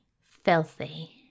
filthy